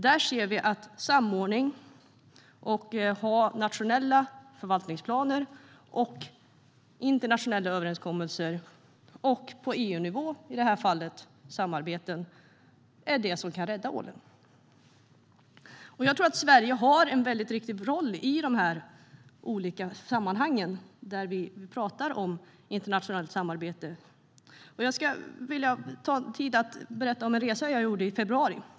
Där ser vi att samordning, nationella förvaltningsplaner, internationella överenskommelser och, på EU-nivå i det här fallet, samarbeten är det som kan rädda ålen. Jag tror att Sverige har en väldigt viktig roll i de olika sammanhang där vi pratar om internationellt samarbete. Jag skulle vilja ägna lite tid åt att berätta om en resa som jag gjorde i februari.